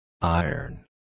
Iron